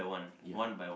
ya